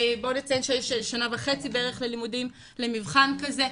ובואו נציין ששנה וחצי, בערך, ללימודים למבחן כזה.